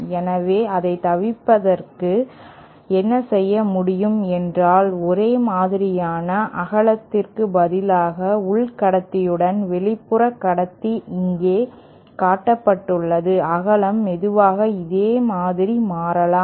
எனவே அதைத் தவிர்ப்பதற்கு என்ன செய்ய முடியும் என்றால் ஒரே மாதிரியான அகலத்திற்கு பதிலாக உள் கடத்தியுடன் வெளிப்புற கடத்தி இங்கே காட்டப்பட்டுள்ளது அகலம் மெதுவாக இதே மாதிரி மாறலாம்